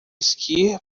esqui